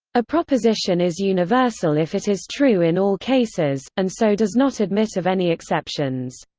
a proposition is universal if it is true in all cases, and so does not admit of any exceptions.